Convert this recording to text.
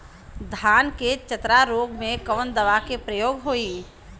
धान के चतरा रोग में कवन दवा के प्रयोग होई?